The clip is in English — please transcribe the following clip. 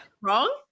Wrong